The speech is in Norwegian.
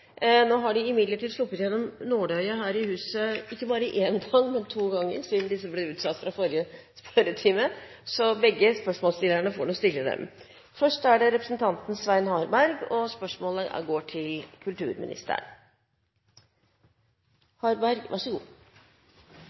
Nå har de imidlertid sluppet gjennom nåløyet her i huset ikke bare én gang, men to ganger, siden disse ble utsatt fra forrige spørretime, så begge spørsmålsstillerne får nå stille dem. Jeg vil innledningsvis bare kommentere at det